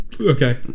Okay